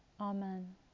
Amen